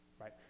right